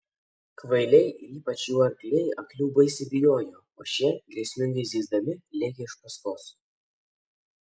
kvailiai ir ypač jų arkliai aklių baisiai bijojo o šie grėsmingai zyzdami lėkė iš paskos